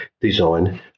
Design